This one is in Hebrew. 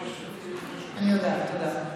אני יודעת, תודה.